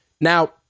Now